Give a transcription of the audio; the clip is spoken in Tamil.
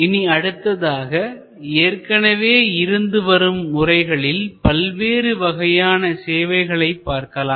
இனி அடுத்ததாக ஏற்கனவே இருந்து வரும் முறைகளில் பல்வேறு வகையான சேவைகளை பார்க்கலாம்